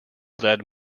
led